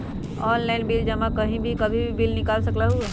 Online bill जमा कहीं भी कभी भी बिल निकाल सकलहु ह?